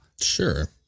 Sure